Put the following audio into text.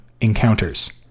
encounters